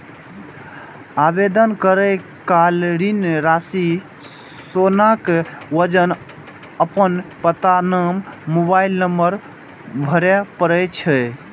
आवेदन करै काल ऋण राशि, सोनाक वजन, अपन पता, नाम, मोबाइल नंबर भरय पड़ै छै